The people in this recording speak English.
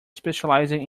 specialising